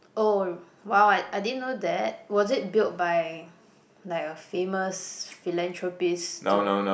oh !wow! I I didn't know that was it build by like a famous philanthropist to